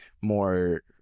more